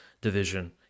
division